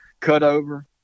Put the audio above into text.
cutover